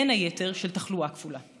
בין היתר של תחלואה כפולה.